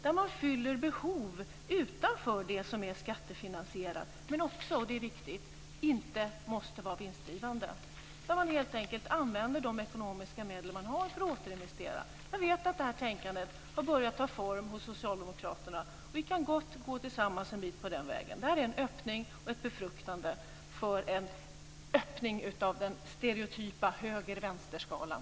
Där fyller man behov utanför det som är skattefinansierat. Den här delen måste inte heller - och det är viktigt - vara vinstdrivande, utan man använder helt enkelt de ekonomiska medel som man har för att återinvestera. Jag vet att detta tänkande har börjat ta form hos Socialdemokraterna. Vi kan gott gå tillsammans en bit på den vägen. Detta är en öppning och ett befruktande för en brytning av den stereotypa höger-vänster-skalan.